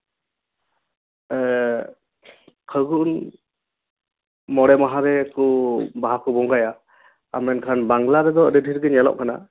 ᱯᱷᱟᱹᱜᱩᱱ ᱢᱚᱬᱮ ᱢᱟᱦᱟ ᱨᱮᱠᱚ ᱵᱟᱦᱟ ᱠᱚ ᱵᱚᱸᱜᱟᱭᱟ ᱟᱨ ᱢᱮᱱᱠᱷᱟᱱ ᱵᱟᱝᱞᱟ ᱨᱮᱫᱚ ᱟᱹᱰᱤ ᱰᱷᱮᱹᱨ ᱜᱮ ᱧᱮᱞᱚᱜ ᱠᱟᱱᱟ